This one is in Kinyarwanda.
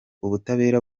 ubutabera